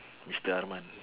mister arman